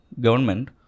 government